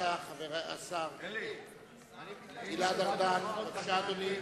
השר גלעד ארדן, בבקשה, אדוני.